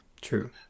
True